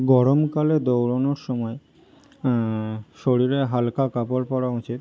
গরমকালে দৌড়ানোর সময় শরীরে হালকা কাপড় পরা উচিত